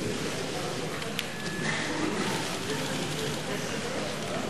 יושב-ראש הכנסת ראובן